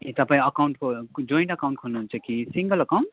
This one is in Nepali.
ए तपाईँ अकाउन्ट खो जइन्ट अकाउन्ट खोल्नुहुन्छ कि सिङ्गल अकाउन्ट